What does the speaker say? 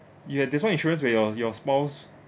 ya there's one insurance where your your spouse